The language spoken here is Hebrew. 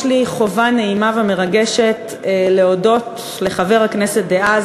יש לי החובה הנעימה והמרגשת להודות לחבר הכנסת דאז,